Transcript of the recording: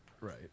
right